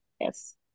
Yes